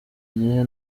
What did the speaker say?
igihe